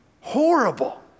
horrible